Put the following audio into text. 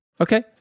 Okay